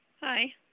Hi